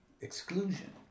exclusion